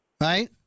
Right